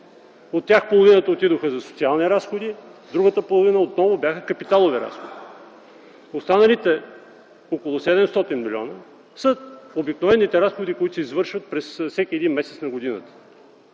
От тях половината отидоха за социални разходи, другата половина отново бяха капиталови разходи. (Шум и реплики.) Останалите около 700 млн. лв. са обикновените разходи, които се извършват през всеки един месец на годината,